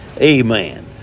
Amen